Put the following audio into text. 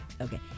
okay